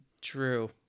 true